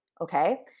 Okay